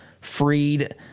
freed